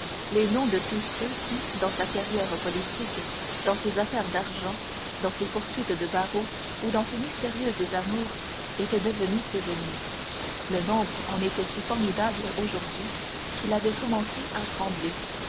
les noms de tous ceux qui dans sa carrière politique dans ses affaires d'argent dans ses poursuites de barreau ou dans ses mystérieuses amours étaient devenus ses ennemis le nombre en était si formidable aujourd'hui qu'il avait commencé à trembler